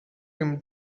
him